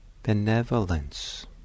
benevolence